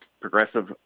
progressive